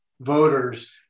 voters